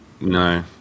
no